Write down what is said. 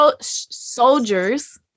soldiers